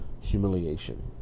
humiliation